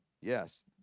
Yes